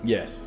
Yes